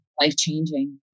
life-changing